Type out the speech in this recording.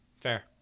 fair